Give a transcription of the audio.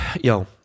yo